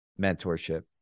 mentorship